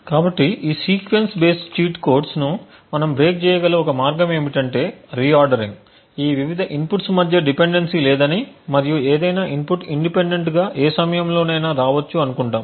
కాబట్టి ఈ sequence based cheat కోడ్స్ను మనం బ్రేక్ చేయగల ఒక మార్గం ఏమిటంటే రి ఆర్దరింగ్ ఈ వివిధ ఇన్పుట్స్ మధ్య డిపెండెన్సీలేదని మరియు ఏదైనా ఇన్పుట్ ఇండిపెండెంట్ గా ఏ సమయంలో నైనా రావచ్చు అనుకుంటాము